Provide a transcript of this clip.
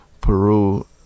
Peru